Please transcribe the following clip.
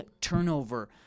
turnover